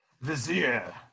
Vizier